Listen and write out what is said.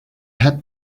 had